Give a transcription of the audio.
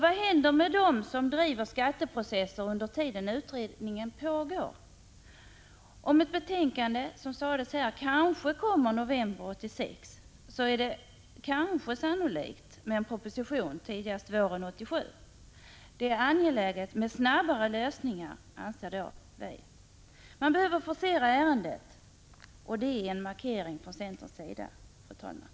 Vad händer med dem som driver skatteprocesser under den tid då utredningen pågår? Om ett betänkande kommer i november 1986, som det sades här, är det sannolikt att en proposition kommer tidigast våren 1987. Det är angeläget med snabbare lösningar, och ärendet måste forceras — det är en markering från centerns sida, fru talman.